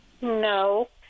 No